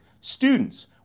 students